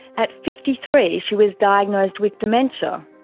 at fifty three she was diagnosed with dementia.